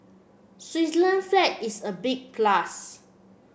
Switzerland flag is a big plus